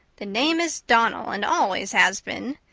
the name is donnell and always has been.